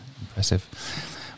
impressive